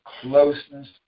closeness